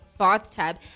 bathtub